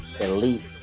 elite